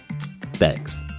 Thanks